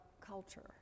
culture